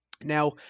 now